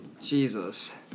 Jesus